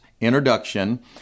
introduction